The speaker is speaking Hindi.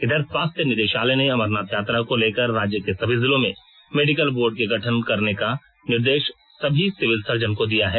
इधर स्वास्थ्य निदेशालय ने अमरनाथ यात्रा को लेकर राज्य के सभी जिलों में मेडिकल बोर्ड के गठन करने का निर्देश सभी सिविल सर्जन को दिया है